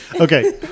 okay